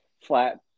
flat